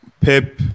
Pep